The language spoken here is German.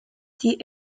die